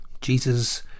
Jesus